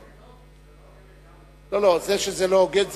אני מניח שלא, כי זה לא הוגן לגמרי.